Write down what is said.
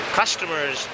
customers